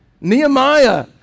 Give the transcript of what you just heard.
Nehemiah